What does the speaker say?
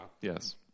Yes